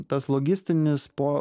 tas logistinis po